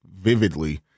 vividly